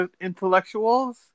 intellectuals